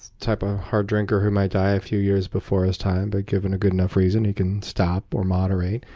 type of hard drinker who might die a few years before his time, but given a good enough reason, he can stop or moderate.